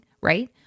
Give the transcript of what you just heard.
right